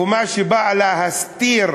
חומה שבאה להסתיר